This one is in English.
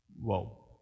Whoa